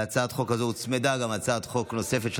להצעת חוק הזו הוצמדה הצעת חוק נוספת,